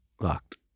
locked